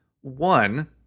one